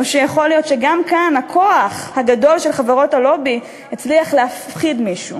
או שיכול להיות שגם כאן הכוח הגדול של חברות הלובי הצליח להפחיד מישהו?